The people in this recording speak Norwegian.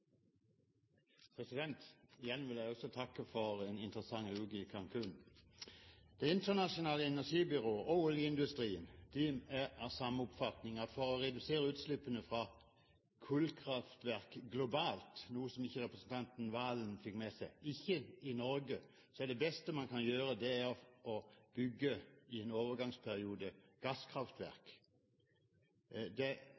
utslippene. Igjen vil jeg takke for en interessant uke i Cancún. Det internasjonale energibyrået og oljeindustrien er av samme oppfatning, at for å redusere utslippene fra kullkraftverk globalt, ikke i Norge – noe som ikke representanten Serigstad Valen fikk med seg – er det beste man kan gjøre å bygge gasskraftverk i en overgangsperiode.